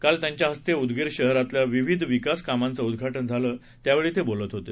काल त्यांच्या हस्ते उदगीर शहरातल्या विविध विकास कामांचं उद्घाटन झालं त्यावेळी ते बोलत होते